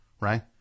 Right